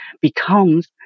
becomes